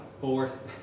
force